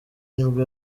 nibwo